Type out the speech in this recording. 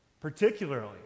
Particularly